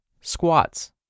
squats